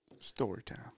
Storytime